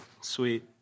sweet